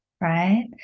right